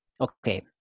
Okay